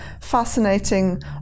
fascinating